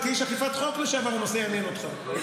וכאיש אכיפת חוק לשעבר הנושא יעניין אותך.